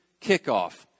kickoff